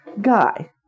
Guy